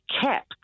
cap